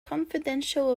confidential